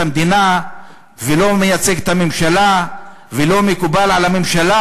המדינה ולא מייצג את הממשלה ולא מקובל על הממשלה,